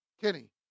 Kenny